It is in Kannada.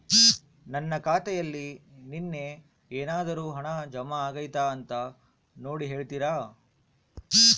ನನ್ನ ಖಾತೆಯಲ್ಲಿ ನಿನ್ನೆ ಏನಾದರೂ ಹಣ ಜಮಾ ಆಗೈತಾ ಅಂತ ನೋಡಿ ಹೇಳ್ತೇರಾ?